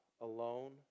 alone